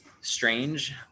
strange